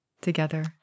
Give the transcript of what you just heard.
together